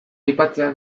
aipatzea